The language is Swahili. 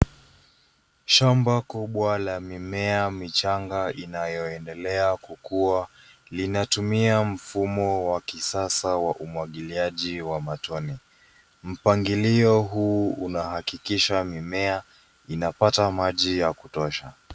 Shamba kubwa la mimea michanga inayoendelea kukua. Linatumia mfumo wa kisasa wa umwagiliaji wa matone. Mpangilio huu unahakikisha mimea inapata maji ya kutosha.